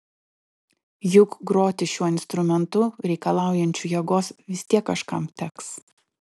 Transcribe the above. juk groti šiuo instrumentu reikalaujančiu jėgos vis tiek kažkam teks